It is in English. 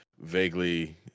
vaguely